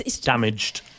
Damaged